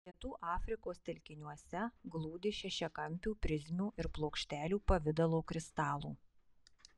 pietų afrikos telkiniuose glūdi šešiakampių prizmių ir plokštelių pavidalo kristalų